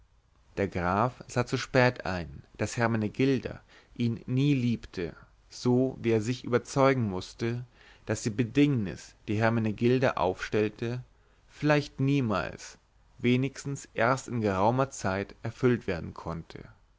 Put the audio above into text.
der graf sah zu spät ein daß hermenegilda ihn nie liebte so wie er sich überzeugen mußte daß die bedingnis die hermenegilda aufstellte vielleicht niemals wenigstens erst in geraumer zeit erfüllt werden konnte